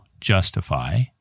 justify